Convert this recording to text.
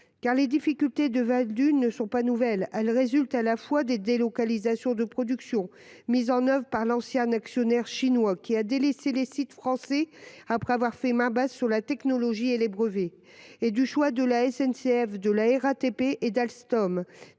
Les difficultés de Valdunes ne sont en effet pas nouvelles : elles résultent à la fois des délocalisations de productions, mises en œuvre par l’ancien actionnaire chinois qui a délaissé les sites français après avoir fait main basse sur la technologie et les brevets, et du choix de la SNCF, de la RATP et d’Alstom